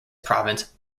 province